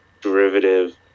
derivative